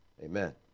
amen